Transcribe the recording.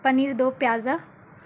paneer do pyaza